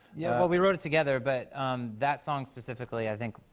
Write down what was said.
yeah, well, we wrote it together. but that song, specifically, i think,